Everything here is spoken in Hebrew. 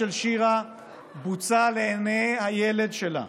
בוצע לעיני הילד שלה.